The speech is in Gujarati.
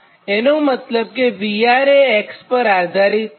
VR એ x પર આધારિત નથી